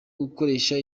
gukoresha